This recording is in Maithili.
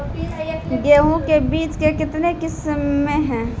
गेहूँ के बीज के कितने किसमें है?